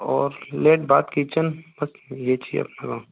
और लेट bath kitchen but यह चाहिए अपने को